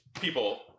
people